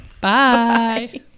Bye